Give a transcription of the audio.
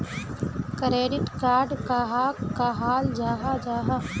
Credit card कहाक कहाल जाहा जाहा?